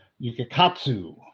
Yukikatsu